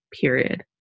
period